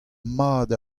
mat